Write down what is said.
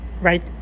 right